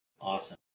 awesome